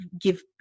give